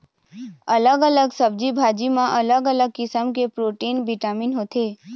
अलग अलग सब्जी भाजी म अलग अलग किसम के प्रोटीन, बिटामिन होथे